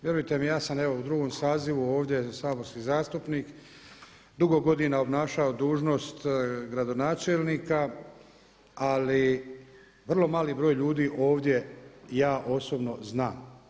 Vjerujte mi ja sam evo u drugom sazivu ovdje saborski zastupnik, dugo godina obnašao dužnost gradonačelnika, ali vrlo mali broj ljudi ovdje ja osobno znam.